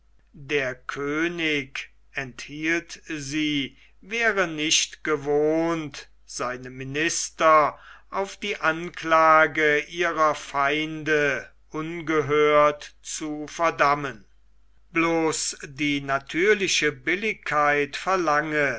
der könig enthielt sie wäre nicht gewohnt seine minister auf die anklage ihrer feinde ungehört zu verdammen bloß die natürliche billigkeit verlange